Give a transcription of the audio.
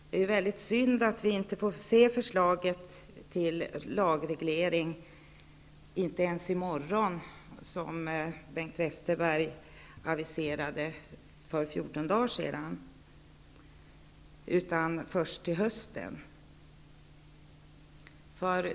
Det är mycket synd att vi inte får se det förslag till lagreglering som Bengt Westerberg aviserade för fjorton dagar sedan ens i morgon, utan först till hösten.